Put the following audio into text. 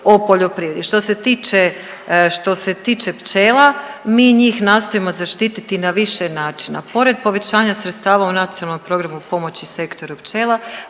Što se tiče, što se tiče pčela mi njih nastojimo zaštititi na više načina. Pored povećanja sredstava u Nacionalnom programu pomoći sektoru pčela